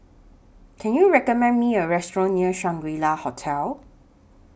Can YOU recommend Me A Restaurant near Shangri La Hotel